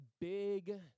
big